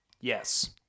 Yes